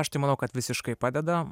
aš tai manau kad visiškai padeda